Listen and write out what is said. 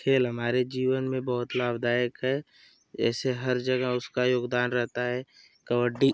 खेल हमारे जीवन में बहुत लाभदायक है एसे हर जगह उसका योगदान रहेता है कबड्डी